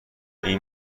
این